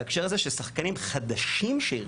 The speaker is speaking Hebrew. בהקשר הזה ששחקנים חדשים שירצו,